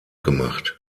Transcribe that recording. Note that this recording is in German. gemacht